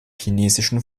chinesischen